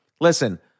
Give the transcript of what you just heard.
listen